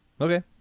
Okay